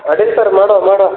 ಅಡ್ಡಿಯಿಲ್ಲ ಸರ್ ಮಾಡುವ ಮಾಡುವ